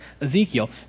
Ezekiel